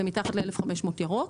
ומתחת ל-1,500 ירוק.